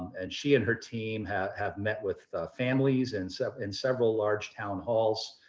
and she and her team have have met with families and so and several large town halls.